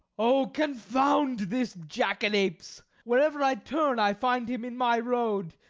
oh, confound this jackanapes! where ever i turn i find him in my road.